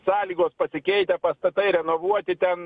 sąlygos pasikeitę pastatai renovuoti ten